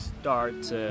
start